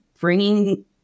bringing